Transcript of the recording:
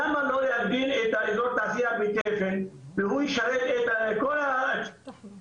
למה לא להגדיל את אזור תעשייה בתפן והוא ישרת את כל האזור,